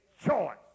choice